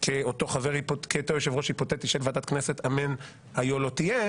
כאותו יושב-ראש היפותטי של ועדת הכנסת אמן היה לא תהיה